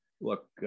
look